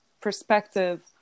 perspective